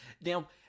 now